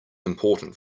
important